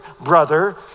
brother